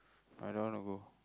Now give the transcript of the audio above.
I don't want to go